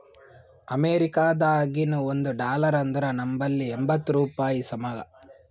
ಅಮೇರಿಕಾದಾಗಿನ ಒಂದ್ ಡಾಲರ್ ಅಂದುರ್ ನಂಬಲ್ಲಿ ಎಂಬತ್ತ್ ರೂಪಾಯಿಗಿ ಸಮ